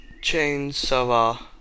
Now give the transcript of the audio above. Chainsaw